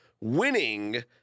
winning